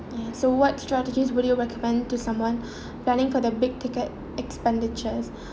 ya so what strategies would you recommend to someone running for the big-ticket expenditures